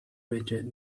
rigid